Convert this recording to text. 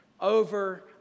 over